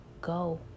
go